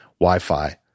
Wi-Fi